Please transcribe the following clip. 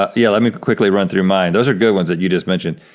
ah yeah, let me quickly run through mine. those are good ones that you just mentioned.